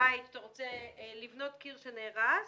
בית שאתה רוצה לבנות קיר שנהרס